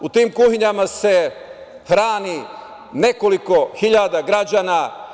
U tim kuhinjama se hrani nekoliko hiljada građana.